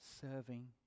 Serving